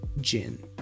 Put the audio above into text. gin